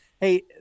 hey